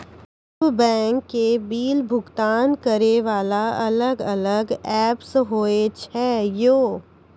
सब बैंक के बिल भुगतान करे वाला अलग अलग ऐप्स होय छै यो?